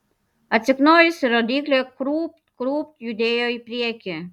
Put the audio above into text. atsiknojusi rodyklė krūpt krūpt judėjo į priekį